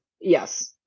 Yes